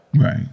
Right